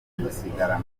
dusigarana